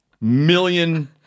million